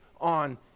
on